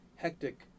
Hectic